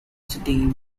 city